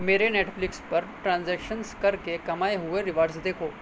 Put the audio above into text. میرے نیٹفلکس پر ٹرانزیکشنز کر کے کمائے ہوئے ریوارڈس دیکھو